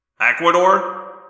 Ecuador